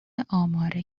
آمار